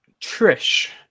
Trish